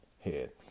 head